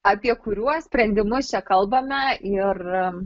apie kuriuos sprendimus čia kalbame ir